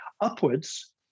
Upwards